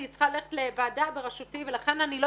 אני צריכה ללכת לוועדה בראשותי ולכן אני לא